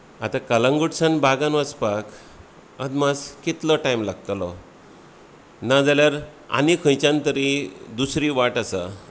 आतां कलंगुटसान बागान वचपाक अदमास कितलो टायम लागतलो ना जाल्यार आनी खंयच्यान तरी दुसरी वाट आसा